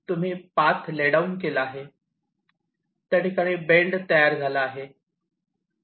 तुम्ही path lay down केला त्या ठिकाणी बेंड तयार झाला